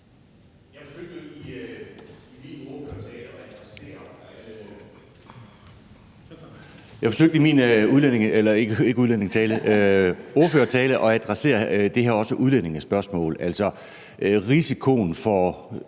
Jeg forsøgte i min ordførertale også at adressere det her udlændingespørgsmål, altså risikoen for,